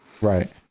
right